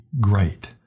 great